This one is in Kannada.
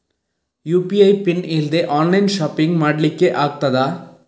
ಯು.ಪಿ.ಐ ಪಿನ್ ಇಲ್ದೆ ಆನ್ಲೈನ್ ಶಾಪಿಂಗ್ ಮಾಡ್ಲಿಕ್ಕೆ ಆಗ್ತದಾ?